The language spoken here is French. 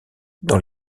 dans